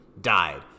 died